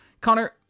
Connor